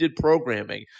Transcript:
programming